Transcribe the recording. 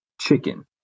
chicken